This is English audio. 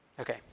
Okay